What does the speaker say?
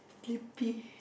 sleepy